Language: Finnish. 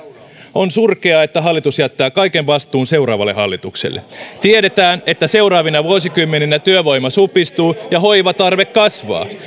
on surkeaa että hallitus jättää kaiken vastuun seuraavalle hallitukselle tiedetään että seuraavina vuosikymmeninä työvoima supistuu ja hoivatarve kasvaa